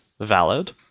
valid